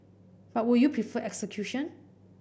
but would you prefer execution